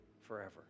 forever